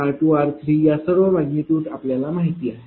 r1r2 r3या सर्व magnitude आपल्याला माहिती आहे